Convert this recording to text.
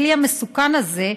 הכלי המסוכן הזה,